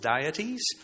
deities